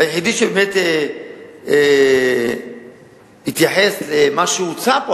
היחידי שבאמת התייחס למה שהוצע פה,